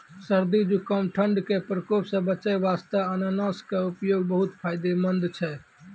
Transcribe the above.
सर्दी, जुकाम, ठंड के प्रकोप सॅ बचै वास्तॅ अनानस के उपयोग बहुत फायदेमंद छै